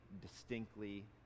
distinctly